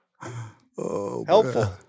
helpful